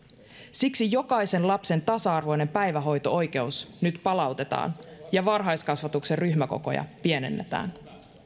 siksi jokaisen lapsen tasa arvoinen päivähoito oikeus nyt palautetaan ja varhaiskasvatuksen ryhmäkokoja pienennetään